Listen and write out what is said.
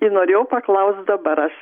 ir norėjau paklaust dabar aš